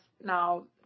now